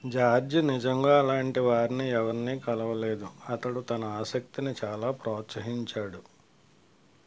George నిజంగా అలాంటివారిని ఎవరినీ కలవలేదు అతడు తన ఆసక్తిని చాలా ప్రోత్సహించాడు